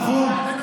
נכון,